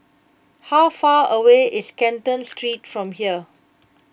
how far away is Canton Street from here